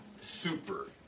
super